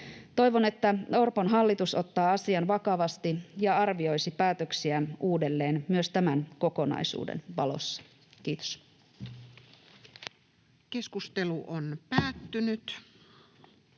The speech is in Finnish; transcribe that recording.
Toivon, että Orpon hallitus ottaa asian vakavasti ja arvioisi päätöksiä uudelleen myös tämän kokonaisuuden valossa. — Kiitos. [Speech 115]